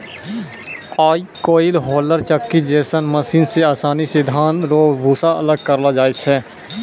आय काइल होलर चक्की जैसन मशीन से आसानी से धान रो भूसा अलग करलो जाय छै